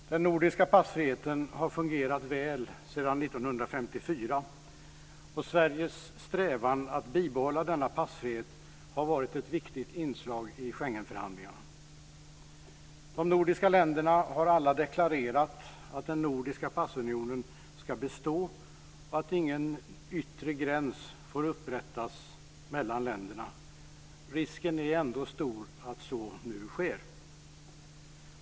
Fru talman! Den nordiska passfriheten har fungerat väl sedan 1954, och Sveriges strävan att bibehålla denna passfrihet har varit ett viktigt inslag i Schengenförhandlingarna. De nordiska länderna har alla deklarerat att den nordiska passunionen ska bestå och att ingen yttre gräns får upprättas mellan de nordiska länderna. Risken är ändå stor att så nu sker.